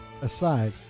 aside